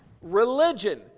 Religion